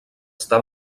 està